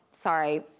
sorry